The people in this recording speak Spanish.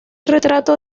retrato